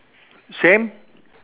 same